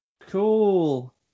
Cool